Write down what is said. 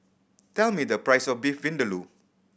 tell me the price of Beef Vindaloo